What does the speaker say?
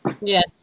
yes